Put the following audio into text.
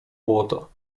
błoto